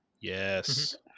Yes